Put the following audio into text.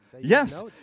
Yes